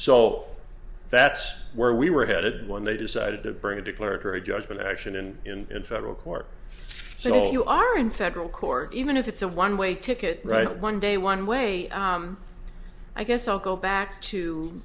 so that's where we were headed when they decided to bring a declaratory judgment action and in federal court so you are in federal court even if it's a one way ticket right one day one way i guess i'll go back to